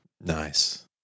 Nice